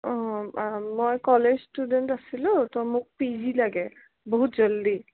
অ' মই college student আছিলোঁ ত মোক পি জি লাগে বহুত জল্ডি